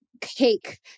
cake